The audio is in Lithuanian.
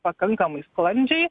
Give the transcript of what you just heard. pakankamai sklandžiai